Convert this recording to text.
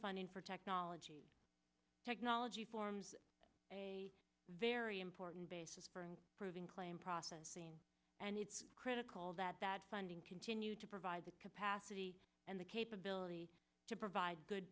funding for technology technology forms a very important basis for proving claims processing and it's critical that that funding continue to provide the capacity and the capability to provide good